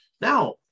Now